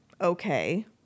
okay